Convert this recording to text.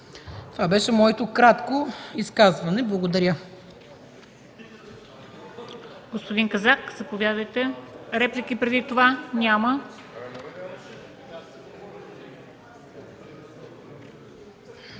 Това беше моето кратко изказване. Благодаря.